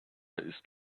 ist